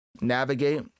navigate